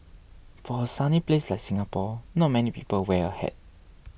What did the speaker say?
for a sunny place like Singapore not many people wear a hat